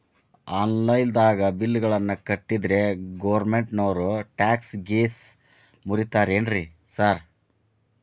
Online ದಾಗ bill ಗಳನ್ನಾ ಕಟ್ಟದ್ರೆ ಗೋರ್ಮೆಂಟಿನೋರ್ ಟ್ಯಾಕ್ಸ್ ಗೇಸ್ ಮುರೇತಾರೆನ್ರಿ ಸಾರ್?